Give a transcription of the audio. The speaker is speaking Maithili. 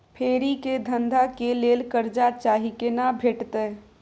फेरी के धंधा के लेल कर्जा चाही केना भेटतै?